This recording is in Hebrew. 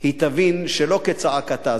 היא תבין שלא כצעקתה.